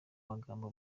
magambo